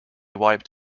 wiped